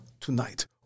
tonight